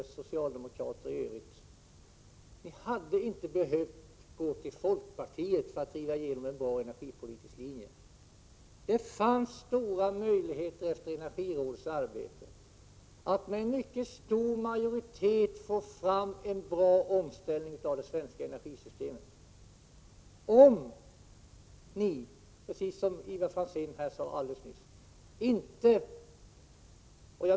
Ni socialdemokrater hade inte behövt gå till folkpartiet för att driva igenom en bra energipolitisk linje. Det fanns stora möjligheter, efter energirådets arbete, att med en mycket stor majoritet få fram en bra omställning av det svenska energisystemet.